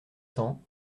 cents